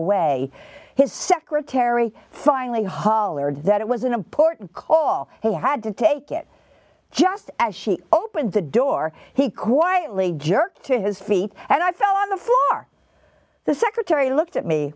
away his secretary finally hollered that it was an important call he had to take it just as she opened the door he quietly jerked to his feet and i fell on the floor the secretary looked at me